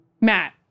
Matt